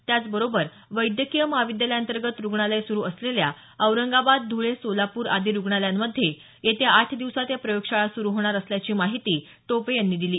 त्याचबरोबर वैद्यकीय महाविद्यालयांतर्गत रुग्णालय सुरू असलेल्या औरंगाबाद धुळे सोलापूर आदी रुग्णालयांमध्ये येत्या आठ दिवसांत या प्रयोगशाळा सुरू होणार असल्याची माहिती टोपे यांनी दिली